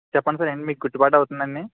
చెప్పండి సార్ ఎన్ని మీకు గిట్టుబాటు అవుతుందండి